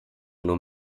nur